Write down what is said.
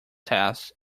test